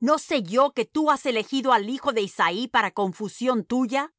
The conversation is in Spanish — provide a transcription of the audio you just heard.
no sé yo que tú has elegido al hijo de isaí para confusión tuya